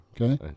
Okay